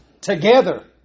together